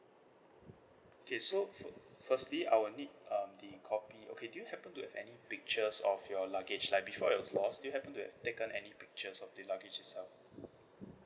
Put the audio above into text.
okay so first firstly I will need um the copy okay do you happen to have any pictures of your luggage like before it was lost do you happen to your taken any pictures of the luggage itself